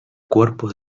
cuerpos